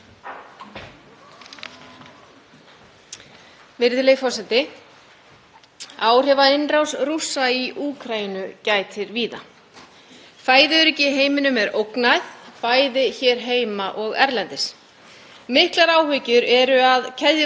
Fæðuöryggi í heiminum er ógnað, bæði hér heima og erlendis. Miklar áhyggjur eru af keðjuverkandi áhrifum innrásarinnar. Staðan var nú þegar slæm vegna undangengins heimsfaraldurs og nú bætir í bakkafullan lækinn.